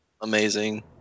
amazing